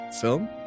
film